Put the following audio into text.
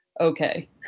okay